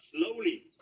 slowly